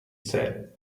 said